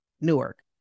Newark